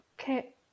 Okay